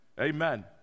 Amen